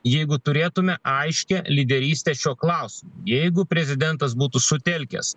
jeigu turėtume aiškią lyderystę šiuo klausimu jeigu prezidentas būtų sutelkęs